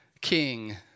king